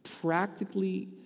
practically